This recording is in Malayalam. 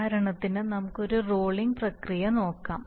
ഉദാഹരണത്തിന് നമുക്ക് ഒരു റോളിംഗ് പ്രക്രിയ നോക്കാം